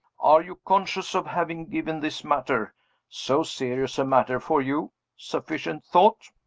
are you conscious of having given this matter so serious a matter for you sufficient thought?